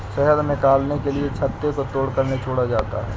शहद निकालने के लिए छत्ते को तोड़कर निचोड़ा जाता है